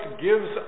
gives